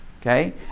Okay